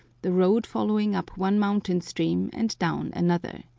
the road following up one mountain-stream and down another.